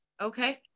okay